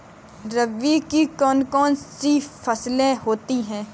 रबी की कौन कौन सी फसलें होती हैं?